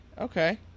Okay